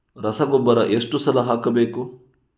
ರಸಗೊಬ್ಬರ ಎಷ್ಟು ಸಲ ಹಾಕಬೇಕು?